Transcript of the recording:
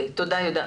תודה יהודה.